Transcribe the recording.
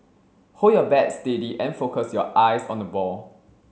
hold your bat steady and focus your eyes on the ball